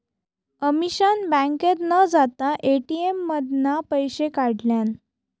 अमीषान बँकेत न जाता ए.टी.एम मधना पैशे काढल्यान